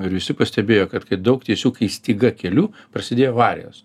ir visi pastebėjo kad kai daug tiesių kaip styga kelių prasidėjo avarijos